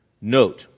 Note